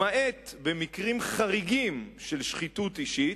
למעט במקרים חריגים של שחיתות אישית,